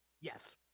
Yes